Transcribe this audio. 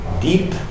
deep